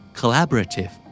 collaborative